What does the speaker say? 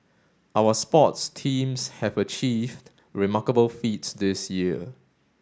our sports teams have achieved remarkable feats this year